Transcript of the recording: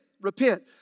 repent